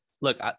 look